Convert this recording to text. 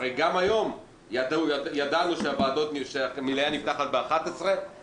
הרי גם היום ידענו שהמליאה נפתחת ב-11:00